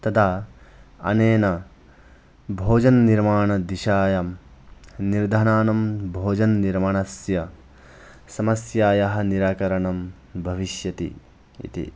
तदा अनेन भोजननिर्माणदिशायां निर्धनानां भोजननिर्माणस्य समस्यायाः निराकरणं भविष्यति इति